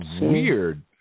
weird